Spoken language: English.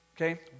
okay